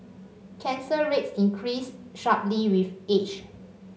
cancer rates increase sharply with age